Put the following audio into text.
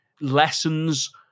lessons